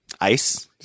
Ice